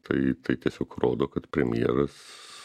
tai tai tiesiog rodo kad premjeras